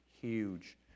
huge